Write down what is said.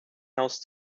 else